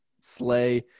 Slay